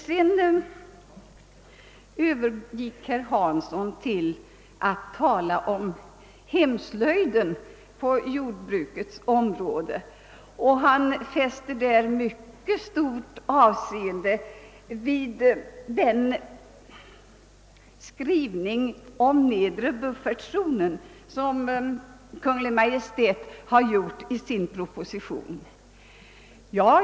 Sedan övergick herr Hansson till att tala om >»hemslöjden« på jordbrukets område. Han fäste därvidlag mycket stort avseende vid den skrivning om nedre buffertzonen som finns i propositionen.